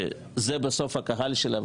שזה בסוף הקהל שלה,